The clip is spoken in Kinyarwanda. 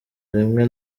rimwe